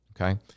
okay